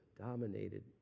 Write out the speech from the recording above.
dominated